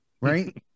Right